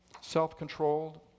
Self-controlled